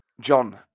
John